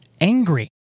angry